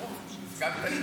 אתה --- תגיד,